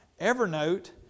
Evernote